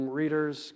readers